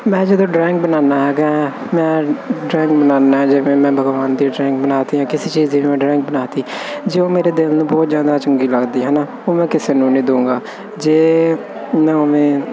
ਮੈਂ ਜਦੋਂ ਡਰਾਇੰਗ ਬਣਾਉਂਦਾ ਹੈਗਾ ਹਾਂ ਡਰਾਇੰਗ ਬਣਾਉਂਦਾ ਜਿਵੇਂ ਮੈਂ ਭਗਵਾਨ ਦੀ ਡਰਾਇੰਗ ਬਣਾਤੀ ਜਾਂ ਕਿਸੇ ਚੀਜ਼ ਦੀ ਮੈਂ ਡਰਾਇੰਗ ਬਣਾਤੀ ਜੇ ਉਹ ਮੇਰੇ ਦਿਲ ਨੂੰ ਬਹੁਤ ਜ਼ਿਆਦਾ ਚੰਗੀ ਲੱਗਦੀ ਹੈ ਨਾ ਉਹ ਮੈਂ ਕਿਸੇ ਨੂੰ ਨਹੀਂ ਦਊਂਗਾ ਜੇ ਮੈਂ ਉਵੇਂ